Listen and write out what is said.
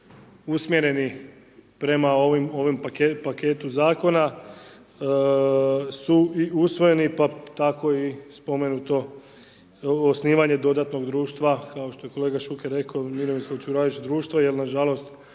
usmjereni, prema ovom paketu zakona, su usvojeni pa tako i spomenuto osnivanje dodatnog društva, kao što ej kolega Šuker rekao, mirovinskog …/Govornik se ne